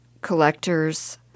collectors